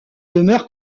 demeure